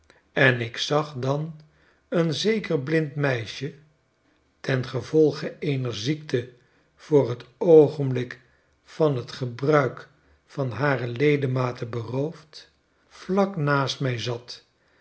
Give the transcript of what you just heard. en ik zag dan een zeker blind meisje ten gevolgeeener ziekte voor t oogenblik van t gebruik van hare ledematen beroofd vlak naast mi zat